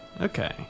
Okay